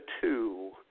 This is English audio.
two